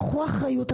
קחו אחריות,